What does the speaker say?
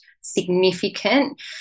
significant